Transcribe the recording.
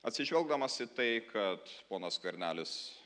atsižvelgdamas į tai kad ponas skvernelis